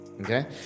okay